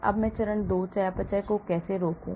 अब मैं चरण 2 चयापचय को कैसे रोकूं